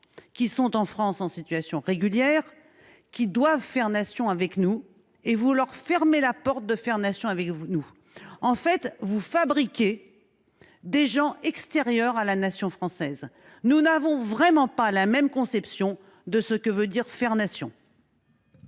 qui sont en France en situation régulière, qui doivent « faire nation » avec nous, et vous leur fermez la porte. En fait, vous fabriquez des gens extérieurs à la nation française. Nous n’avons vraiment pas la même conception de ce que veut dire « faire nation